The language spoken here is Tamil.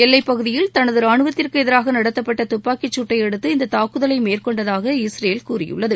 எல்லைப் பகுதியில் தனது ரானுவத்திற்கு எதிராக நடத்தப்பட்ட துப்பாக்கிச் சூட்டையடுத்து இந்த தாக்குதலை மேற்கொண்டதாக இஸ்ரேல் கூறியுள்ளது